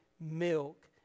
milk